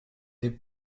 des